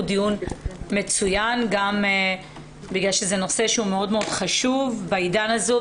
הוא דיון מצוין גם בגלל שזה נושא שהוא מאוד מאוד חשוב בעידן הזה,